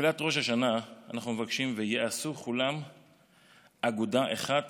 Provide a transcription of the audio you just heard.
בתפילת ראש השנה אנחנו מבקשים: "וייעשו כולם אגודה אחת